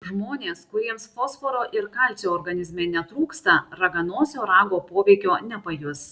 žmonės kuriems fosforo ir kalcio organizme netrūksta raganosio rago poveikio nepajus